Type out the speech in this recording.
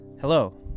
Hello